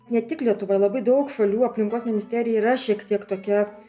ne tik lietuvoj labai daug šalių aplinkos ministerija yra šiek tiek tokia